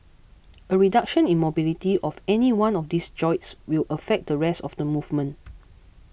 a reduction in mobility of any one of these joints will affect the rest of the movement